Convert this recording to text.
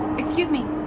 excuse me.